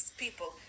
people